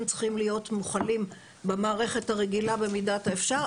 צריכים להיות מוכלים במערכת הרגילה במידת האפשר,